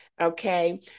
okay